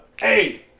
Hey